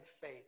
faith